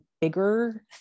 bigger